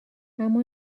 اما